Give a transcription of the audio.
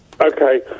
okay